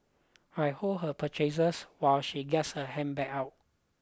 I hold her purchases while she gets her handbag out